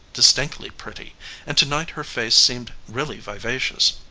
distinctly pretty and to-night her face seemed really vivacious.